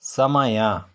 ಸಮಯ